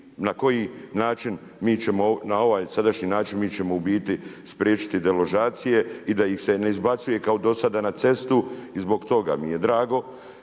na koji način, mi ćemo, na ovaj sadašnji način mi ćemo u biti spriječiti deložacije i da ih se ne izbacuje kao do sada na cestu. I zbog toga mi je drago